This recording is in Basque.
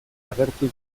agertu